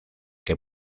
que